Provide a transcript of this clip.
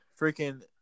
Freaking